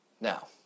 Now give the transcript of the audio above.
Now